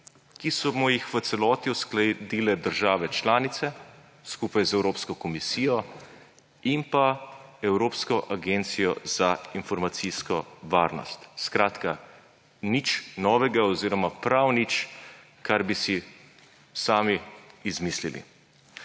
ki so jih v celoti uskladile države članice, skupaj z Evropsko komisijo in Evropsko agencijo za informacijsko varnost. Skratka, nič novega oziroma prav nič, kar bi si sami izmislili.